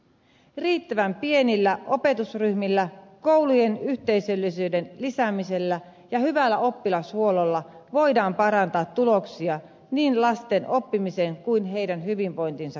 riittävän pienillä opetusryhmillä koulujen yhteisöllisyyden lisäämisellä ja hyvällä oppilashuollolla voidaan parantaa tuloksia niin lasten oppimisen kuin heidän hyvinvointinsakin osalta